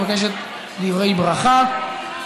מבקשת דברי ברכה,